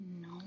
No